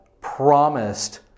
promised